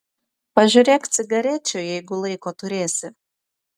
pažiūrėk cigarečių jeigu laiko turėsi